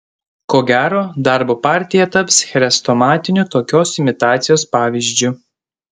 ko gero darbo partija taps chrestomatiniu tokios imitacijos pavyzdžiu